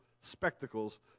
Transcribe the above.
spectacles